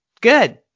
Good